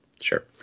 sure